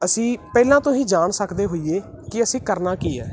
ਅਸੀਂ ਪਹਿਲਾਂ ਤੋਂ ਹੀ ਜਾਣ ਸਕਦੇ ਹੋਈਏ ਕਿ ਅਸੀਂ ਕਰਨਾ ਕੀ ਹੈ